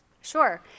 sure